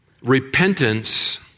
repentance